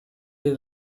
iyi